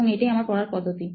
এবং এটাই আমার পড়ার পদ্ধতি